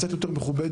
קצת יותר מכובדת.